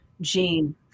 gene